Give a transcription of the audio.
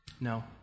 No